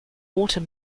water